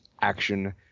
Action